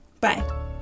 Bye